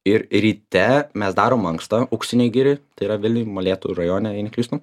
ir ryte mes darom mankštą auksinėj girioj tai yra vilniuj molėtų rajone jei neklystu